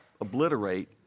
obliterate